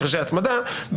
הפרשי הצמדה,